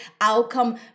outcome